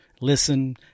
listen